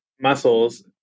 muscles